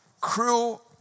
cruel